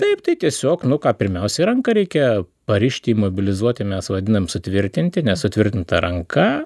taip tai tiesiog nu ką pirmiausiai ranką reikia parišti įmobilizuoti mes vadiname sutvirtinti nesutvirtinta ranka